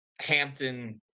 Hampton